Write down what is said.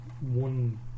one